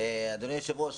אדוני היושב-ראש,